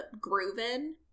grooving